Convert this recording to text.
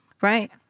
right